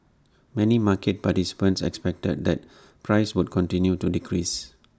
many market participants expected that prices would continue to decrease